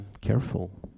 careful